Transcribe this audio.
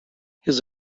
his